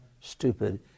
stupid